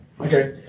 Okay